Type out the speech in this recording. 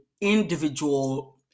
individual